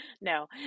No